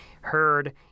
heard